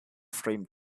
framed